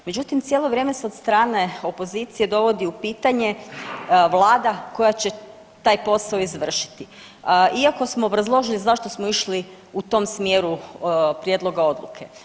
Međutim cijelo vrijeme se od strane opozicije dovodi u pitanje vlada koja će taj posao izvršiti iako smo obrazložili zašto smo išli u tom smjeru prijedloga odluke.